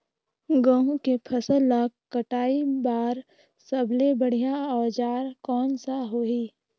गहूं के फसल ला कटाई बार सबले बढ़िया औजार कोन सा होही?